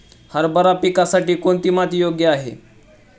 हरभरा पिकासाठी कोणती माती योग्य आहे?